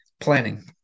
planning